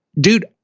Dude